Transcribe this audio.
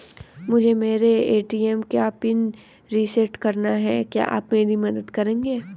मुझे मेरे ए.टी.एम का पिन रीसेट कराना है क्या आप मेरी मदद करेंगे?